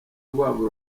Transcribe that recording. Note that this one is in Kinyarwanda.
rwabo